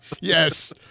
Yes